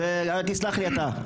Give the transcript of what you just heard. תסלח לי אתה.